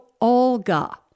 Olga